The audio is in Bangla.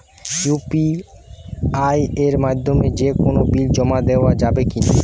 ইউ.পি.আই এর মাধ্যমে যে কোনো বিল জমা দেওয়া যাবে কি না?